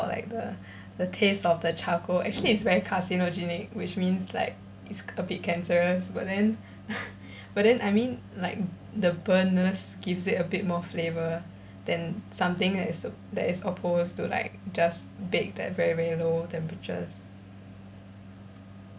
or like the the taste of the charcoal actually it's very carcinogenic which means like it's a bit cancerous but then but then I mean like the burnt-ness gives it a bit more flavour then something that is that is opposed to like just bake at very very low temperatures